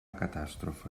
catàstrofe